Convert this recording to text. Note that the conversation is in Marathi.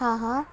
हां हां